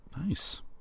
Nice